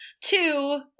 Two